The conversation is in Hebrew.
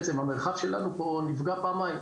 המרחב שלנו פה נפגע פעמיים,